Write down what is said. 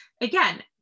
again